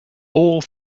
all